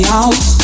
out